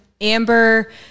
Amber